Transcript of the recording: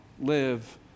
live